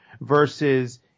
versus